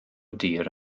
dir